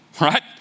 Right